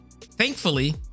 thankfully